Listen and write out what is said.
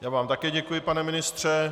Já vám také děkuji, pane ministře.